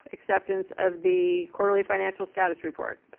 acceptance of the quarterly financial status report.